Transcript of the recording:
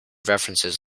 references